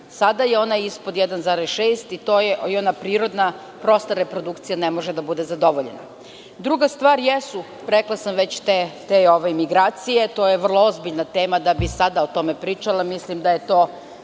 sada je on ispod 1,6%. To je ono da prirodna prosta reprodukcija ne može biti zadovoljena. Druga stvar jesu, rekla sam, te migracije. To je vrlo ozbiljna tema da bi sada o tome pričala. Mislim da je to